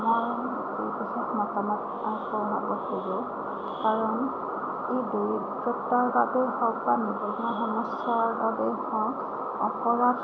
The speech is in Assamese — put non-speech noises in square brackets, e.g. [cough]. মই [unintelligible] খোজো কাৰণ ই দৰিদ্ৰতাৰ বাবেই হওক বা নিবনুৱা সমস্য়াৰ বাবেই হওক অপৰাধ